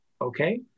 Okay